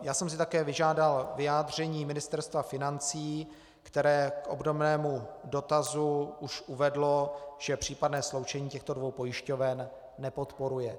Já jsem si také vyžádal vyjádření Ministerstva financí, které k obdobnému dotazu už uvedlo, že případné sloučení těchto dvou pojišťoven nepodporuje.